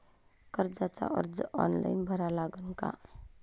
कर्जाचा अर्ज ऑनलाईन भरा लागन का?